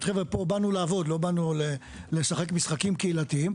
פה באנו לעבוד ולא לשחק משחקים קהילתיים,